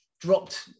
dropped